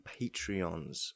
Patreons